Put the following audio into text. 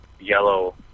yellow